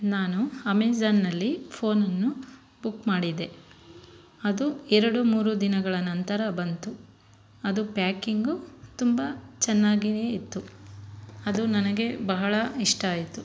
ನಾನು ಅಮೆಝಾನ್ನಲ್ಲಿ ಫೋನನ್ನು ಬುಕ್ ಮಾಡಿದೆ ಅದು ಎರಡು ಮೂರು ದಿನಗಳ ನಂತರ ಬಂತು ಅದು ಪ್ಯಾಕಿಂಗು ತುಂಬ ಚೆನ್ನಾಗೇ ಇತ್ತು ಅದು ನನಗೆ ಬಹಳ ಇಷ್ಟ ಆಯಿತು